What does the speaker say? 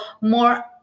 more